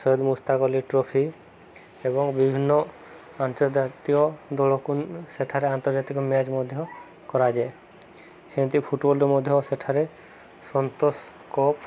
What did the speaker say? Syed Mushtaq Ali trophy ଏବଂ ବିଭିନ୍ନ ଆନ୍ତର୍ଜାତୀୟ ଦଳକୁ ସେଠାରେ ଆନ୍ତର୍ଜାତିକ ମ୍ୟାଚ୍ ମଧ୍ୟ କରାଯାଏ ସେମିତି ଫୁଟବଲରେ ମଧ୍ୟ ସେଠାରେ ସନ୍ତୋଷ କପ୍